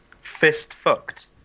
Fist-fucked